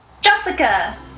Jessica